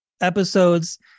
episodes